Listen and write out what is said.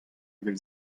evel